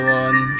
one